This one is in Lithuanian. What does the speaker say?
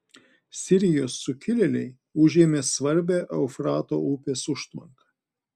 sirijos sukilėliai užėmė svarbią eufrato upės užtvanką